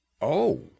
Oh